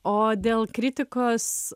o dėl kritikos